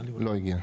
לא הגיע.